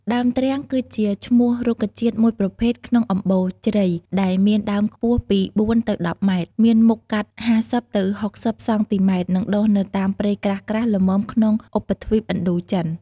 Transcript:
ដើមទ្រាំងគឺជាឈ្មោះរុក្ខជាតិមួយប្រភេទក្នុងអំបូរជ្រៃ ដែលមានដើមខ្ពស់ពី ៤ ទៅ ១០ ម៉ែត្រ មានមុខកាត់ ៥០ ទៅ ៦០ សង់ទីម៉ែត្រ និងដុះនៅតាមព្រៃក្រាស់ៗល្មមក្នុងឧបទ្វីបឥណ្ឌូចិន។